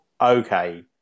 okay